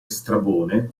strabone